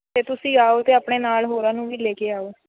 ਅਤੇ ਤੁਸੀਂ ਆਉ ਤਾਂ ਆਪਣੇ ਨਾਲ ਹੋਰਾਂ ਨੂੰ ਵੀ ਲੈ ਕੇ ਆਉ